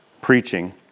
preaching